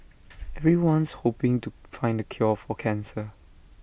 everyone's hoping to find the cure for cancer